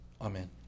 Amen